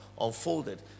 unfolded